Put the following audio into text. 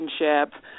relationship